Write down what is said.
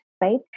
right